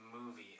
movie